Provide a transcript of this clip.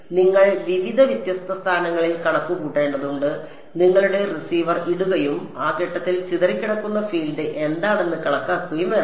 അതിനാൽ നിങ്ങൾ വിവിധ വ്യത്യസ്ത സ്ഥാനങ്ങളിൽ കണക്കുകൂട്ടേണ്ടതുണ്ട് നിങ്ങളുടെ റിസീവർ ഇടുകയും ആ ഘട്ടത്തിൽ ചിതറിക്കിടക്കുന്ന ഫീൽഡ് എന്താണെന്ന് കണക്കാക്കുകയും വേണം